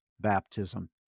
baptism